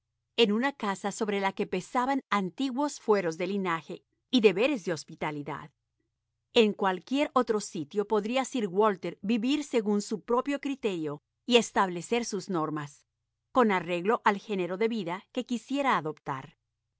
en una casa sobre la que pesaban antiguos fueros de linaje y deberes de hospitalidad en cualquier otro sitio podría sir walter vivir según su propio criterio y establecer sus normas con arreglo al género de vida que quisiera adoptar